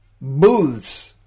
booths